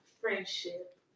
friendship